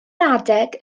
adeg